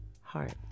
heart